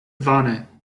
vane